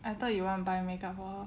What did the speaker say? I thought you want buy make up for her